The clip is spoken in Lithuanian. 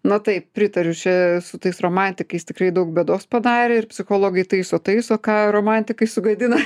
na taip pritariu čia su tais romantikais tikrai daug bėdos padarė ir psichologai taiso taiso ką romantikai sugadina